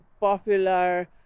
popular